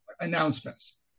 announcements